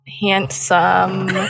handsome